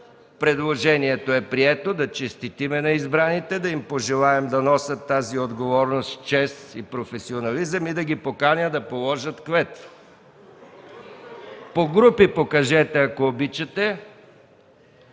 Предложението е прието. Да честитим на избраните, да им пожелаем да носят тази отговорност с чест и професионализъм и да ги поканя да положат клетва. Заповядайте на трибуната